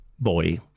boy